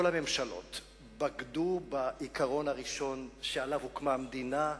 אני חייב לומר שכל הממשלות בגדו בעיקרון הראשון שעליו הוקמה המדינה,